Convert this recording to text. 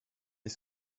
est